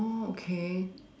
oh okay